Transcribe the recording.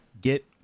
Get